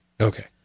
Okay